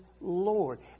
Lord